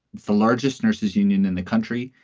the largest nurses union in the country,